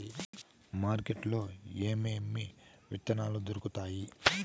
market లో ఏమేమి విత్తనాలు దొరుకుతాయి